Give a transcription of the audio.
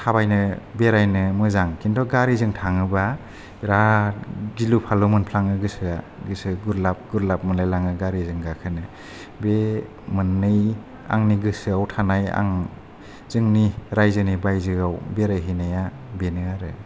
थाबायनो बेरायनो मोजां किन्तु गारिजों थाङोबा बेराद गिलु फालु मोनफ्लाङो गोसोआ गोसो गुरलाब गुरलाब मोनलाय लाङो गारिजों गाखोनो बे मोननै आंनि गोसोआव थानाय आं जोंनि रायजोनि बायजोआव बेरायहैनाया बेनो आरो